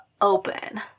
open